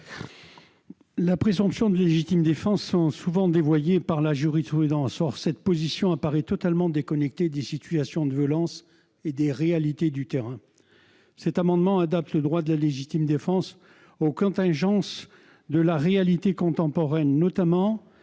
Les présomptions de légitime défense sont souvent dévoyées par la jurisprudence. Or une telle position paraît totalement déconnectée des situations de violence et des réalités du terrain. Cet amendement vise à adapter le droit de la légitime défense aux contingences de la réalité contemporaine, notamment